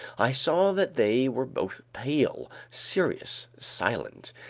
i saw that they were both pale, serious, silent.